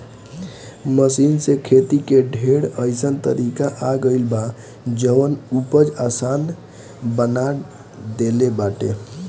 machine से खेती के ढेर अइसन तरीका आ गइल बा जवन उपज आसान बना देले बाटे